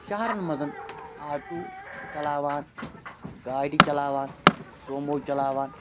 شَہرَن منٛز آٹوٗ چَلاوان گاڑِ چَلاوان سومو چَلاوان